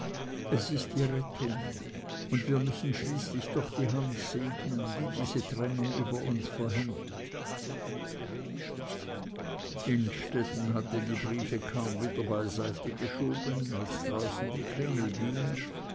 es ist die rettung und wir müssen schließlich doch die hand segnen die diese trennung über uns verhängt innstetten hatte die briefe kaum wieder beiseite geschoben als draußen die klingel ging